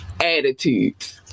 Attitudes